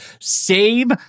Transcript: save